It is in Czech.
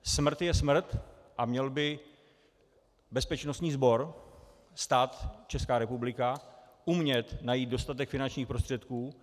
Smrt je smrt a měl by bezpečnostní sbor, stát, Česká republika, umět najít dostatek finančních prostředků.